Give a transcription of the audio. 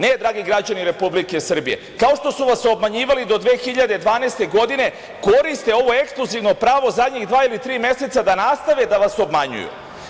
Ne, dragi građani Republike Srbije, kao što su vas obmanjivali do 2012. godine koriste ovo ekskluzivno pravo zadnjih dva ili tri meseca da nastave da vas obmanjuju.